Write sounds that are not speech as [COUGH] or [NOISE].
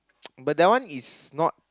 [NOISE] but that one is not